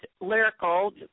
lyrical